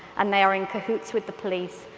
and they are in cahoots with the police,